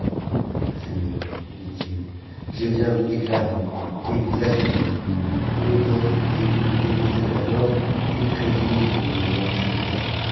seigneur lui dit-il je viens vous déclarer et vous assurer que le grand écuyer que vous conduisez à la mort est trèsinnocent de la mort de cette dame